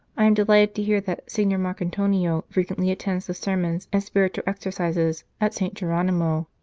i am delighted to hear that signor marcantonio frequently attends the sermons and spiritual exercises at st. geronimo.